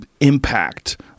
impact